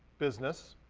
business.